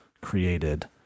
created